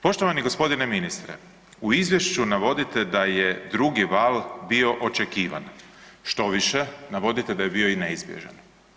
Poštovani g. ministre, u izvješću navodite da je drugi val bio očekivan, štoviše navodite da je bio i neizbježan.